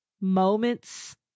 moments